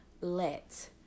let